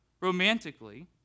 romantically